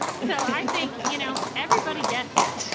so i think, you know, everybody gets it